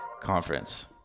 conference